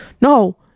No